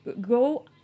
Go